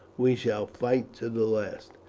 we shall fight to the last.